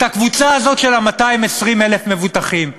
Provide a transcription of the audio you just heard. את הקבוצה הזאת של 220,000 המבוטחים.